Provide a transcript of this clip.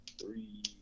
three